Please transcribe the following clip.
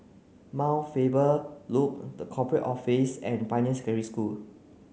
Mount Faber Loop The Corporate Office and Pioneer School